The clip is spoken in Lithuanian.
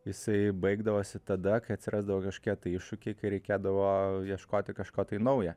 jisai baigdavosi tada kai atsirasdavo kažkokie tai iššūkiai kai reikėdavo ieškoti kažko tai naujo